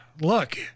look